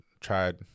tried